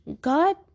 God